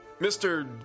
Mr